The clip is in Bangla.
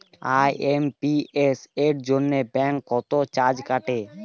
আই.এম.পি.এস এর জন্য ব্যাংক কত চার্জ কাটে?